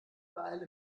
beeile